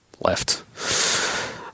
left